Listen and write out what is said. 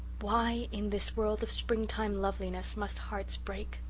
why, in this world of springtime loveliness, must hearts break?